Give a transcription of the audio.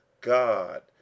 God